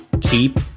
keep